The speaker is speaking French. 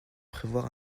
prévoir